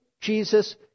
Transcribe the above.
Jesus